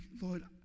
Lord